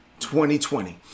2020